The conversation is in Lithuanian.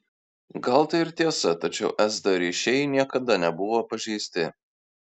gal tai ir tiesa tačiau sd ryšiai niekada nebuvo pažeisti